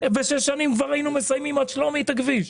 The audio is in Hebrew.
בשש שנים כבר היינו מסיימים את הכביש עד שלומי,